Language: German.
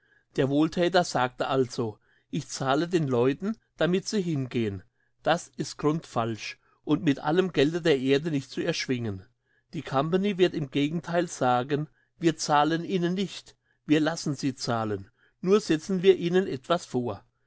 der wohlthäter sagte also ich zahle den leuten damit sie hingehen das ist grundfalsch und mit allem gelde der erde nicht zu erschwingen die company wird im gegentheil sagen wir zahlen ihnen nicht wir lassen sie zahlen nur setzen wir ihnen etwas vor